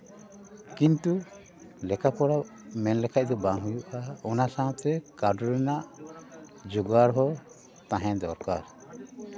ᱠᱤᱱᱛᱩ ᱞᱮᱠᱷᱟ ᱯᱚᱲᱟ ᱢᱮᱱ ᱞᱮᱠᱷᱟᱡ ᱫᱚ ᱵᱟᱝ ᱦᱩᱭᱩᱜᱼᱟ ᱚᱱᱟ ᱥᱟᱶᱛᱮ ᱠᱟᱴᱷ ᱨᱮᱱᱟᱜ ᱡᱚᱜᱟᱲ ᱦᱚᱸ ᱛᱟᱦᱮᱸ ᱫᱚᱨᱠᱟᱨ